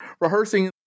rehearsing